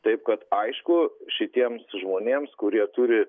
taip kad aišku šitiems žmonėms kurie turi